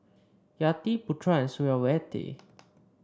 Yati Putra Suriawati